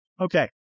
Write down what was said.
Okay